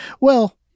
well-